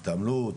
התעמלות,